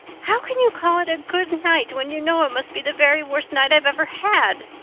how can you call it a good night when you know it must be the very worst night i've ever had?